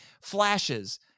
flashes